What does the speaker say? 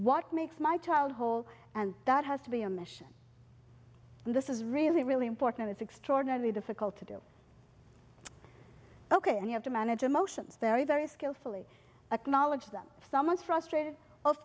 what makes my child whole and that has to be a mission and this is really really important it's extraordinarily difficult to do ok and you have to manage emotions very very skillfully acknowledge them somewhat frustrated of